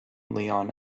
leon